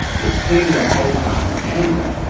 it's hitting the post on an angle.